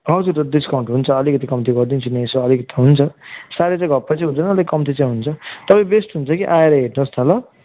हजुर डिस्काउन्ट हुन्छ अलिकति कम्ती गरिदिन्छु नि यसो अलिक त हुन्छ साह्रै चाहिँ घप्पै चाहिँ हुँदैन अलिक कम्ती चाहिँ हुन्छ तपाईँ बेस्ट हुन्छ कि आएर हेर्नुहोस् न ल